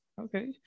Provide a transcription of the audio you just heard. okay